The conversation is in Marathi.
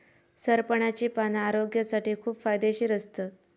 सरपणाची पाना आरोग्यासाठी खूप फायदेशीर असतत